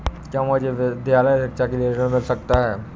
क्या मुझे विद्यालय शिक्षा के लिए ऋण मिल सकता है?